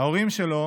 ההורים שלו